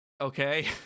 Okay